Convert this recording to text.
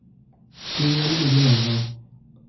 TV आह्ली media लाई लाओ